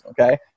okay